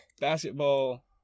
basketball